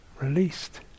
released